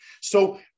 So-